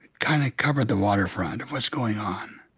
kind of covered the waterfront of what's going on.